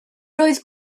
oedd